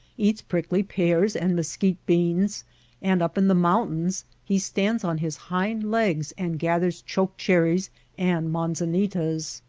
eats prickly pears and mesquite beans and up in the mountains he stands on his hind legs and gathers choke cherries and manzanitas.